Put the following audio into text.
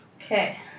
Okay